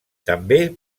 també